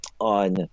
on